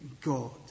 God